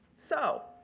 so,